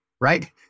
right